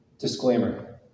Disclaimer